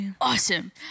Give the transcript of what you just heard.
Awesome